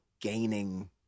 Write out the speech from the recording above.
gaining